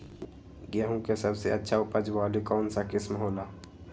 गेंहू के सबसे अच्छा उपज वाली कौन किस्म हो ला?